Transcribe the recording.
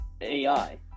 AI